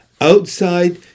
Outside